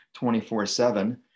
24/7